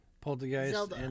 Poltergeist